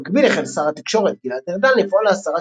במקביל החל שר התקשורת גלעד ארדן לפעול להסרת